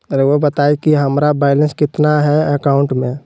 रहुआ बताएं कि हमारा बैलेंस कितना है अकाउंट में?